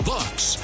Bucks